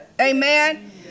Amen